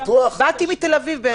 באתי מתל אביב.